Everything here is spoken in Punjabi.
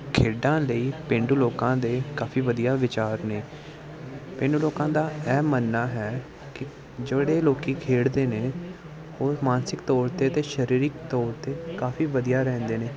ਖੇਡਾਂ ਲਈ ਪੇਂਡੂ ਲੋਕਾਂ ਦੇ ਕਾਫੀ ਵਧੀਆ ਵਿਚਾਰ ਨੇ ਪੇਂਡੂ ਲੋਕਾਂ ਦਾ ਇਹ ਮੰਨਣਾ ਹੈ ਕਿ ਜਿਹੜੇ ਲੋਕ ਖੇਡਦੇ ਨੇ ਉਹ ਮਾਨਸਿਕ ਤੌਰ 'ਤੇ ਅਤੇ ਸਰੀਰਿਕ ਤੌਰ 'ਤੇ ਕਾਫੀ ਵਧੀਆ ਰਹਿੰਦੇ ਨੇ